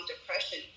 depression